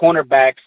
cornerbacks